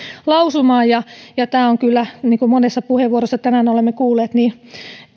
lausumaan ja tämä on kyllä niin kuin monessa puheenvuorossa tänään olemme kuulleet